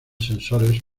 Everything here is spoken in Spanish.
sensores